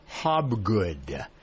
Hobgood